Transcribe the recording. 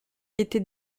était